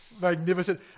Magnificent